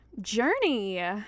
journey